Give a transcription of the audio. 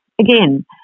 Again